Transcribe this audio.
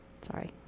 Sorry